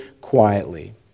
quietly